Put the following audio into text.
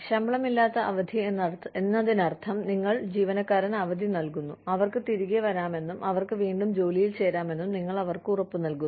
ശമ്പളമില്ലാത്ത അവധി എന്നതിനർത്ഥം നിങ്ങൾ ജീവനക്കാരന് അവധി നൽകുന്നു അവർക്ക് തിരികെ വരാമെന്നും അവർക്ക് വീണ്ടും ജോലിയിൽ ചേരാമെന്നും നിങ്ങൾ അവർക്ക് ഉറപ്പ് നൽകുന്നു